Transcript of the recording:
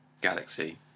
Galaxy